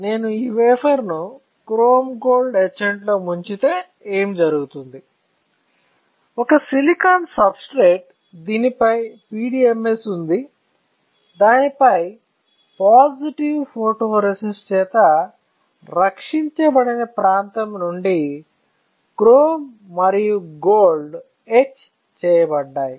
నేను ఈ వేఫర్ ను క్రోమ్ గోల్డ్ ఎచాంట్లో ముంచితే ఏమి జరుగుతుంది ఒక సిలికాన్ సబ్స్ట్రేట్ దీనిపై PDMS ఉంది దానిపై పాజిటివ్ ఫోటోరేసిస్ట్ చేత రక్షించబడని ప్రాంతం నుండి క్రోమ్ మరియు గోల్డ్ ఎట్చ్ చేయబడ్డాయి